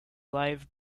live